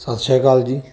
ਸਤਿ ਸ਼੍ਰੀ ਅਕਾਲ ਜੀ